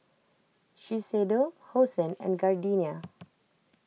Shiseido Hosen and Gardenia